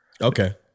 Okay